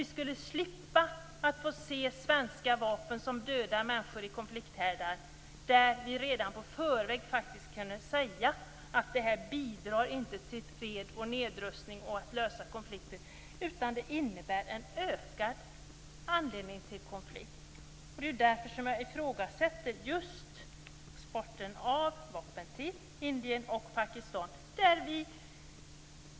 Vi skulle slippa se svenska vapen som dödar människor i konflikthärdar där vi redan i förväg hade kunnat säga att vapnen varken bidrar till fred och nedrustning eller löser konflikter, utan innebär en ökad anledning till konflikt. Det är därför jag ifrågasätter just exporten av vapen till Indien och Pakistan.